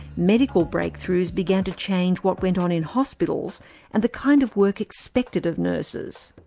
medical breakthroughs began to change what went on in hospitals and the kind of work expected of nurses.